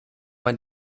man